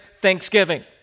thanksgiving